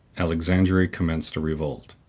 alexandria commenced a revolt.